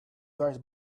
guys